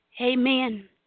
Amen